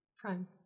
Prime